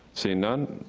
seeing none,